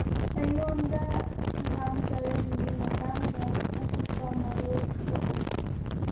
ꯑꯩꯉꯣꯟꯗ ꯔꯥꯝꯆꯔꯟꯒꯤ ꯃꯇꯥꯡꯗ ꯑꯀꯨꯞꯄ ꯃꯔꯣꯜ ꯄꯤꯔꯛꯎ